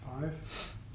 five